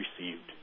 received